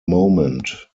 moment